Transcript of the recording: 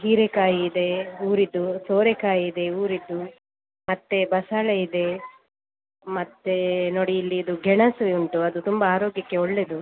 ಹೀರೆಕಾಯಿ ಇದೆ ಊರಿಂದು ಸೋರೆಕಾಯಿ ಇದೆ ಊರಿಂದು ಮತ್ತೆ ಬಸಳೆ ಇದೆ ಮತ್ತೆ ನೋಡಿ ಇಲ್ಲಿಇದು ಗೆಣಸು ಉಂಟು ಅದು ತುಂಬ ಆರೋಗ್ಯಕ್ಕೆ ಒಳ್ಳೆಯದು